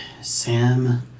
Sam